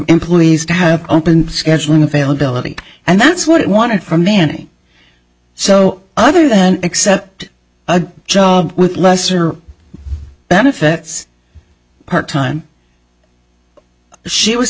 employees to have open scheduling availability and that's what it wanted from manning so other than accept a job with lesser benefits part time she was